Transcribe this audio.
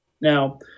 Now